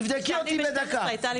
הייתה לי פגישה ב-12.